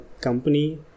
company